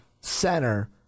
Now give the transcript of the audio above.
center